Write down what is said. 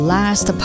Last